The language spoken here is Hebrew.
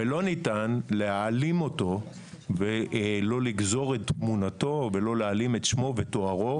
ולא ניתן להעלים אותו ולא לגזור את תמונתו ולא להעלים את שמו ותוארו,